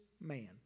man